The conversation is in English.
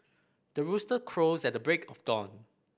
the rooster crows at the break of dawn